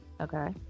okay